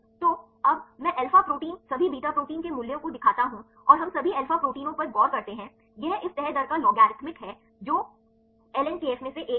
तो अब मैं अल्फा प्रोटीन सभी बीटा प्रोटीन के मूल्यों को दिखाता हूं और हम सभी अल्फा प्रोटीनों पर गौर करते हैं यह इस तह दर का लॉगरिदमिक है जो एलएन केएफ में से एक है